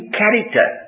character